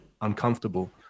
uncomfortable